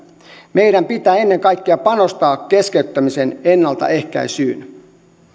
meidän pitää ennen kaikkea panostaa keskeyttämisen ennaltaehkäisyyn